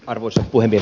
arvoisa puhemies